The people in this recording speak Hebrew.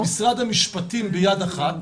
משרד המשפטים ביד אחת,